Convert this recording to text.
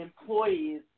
employees